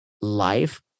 life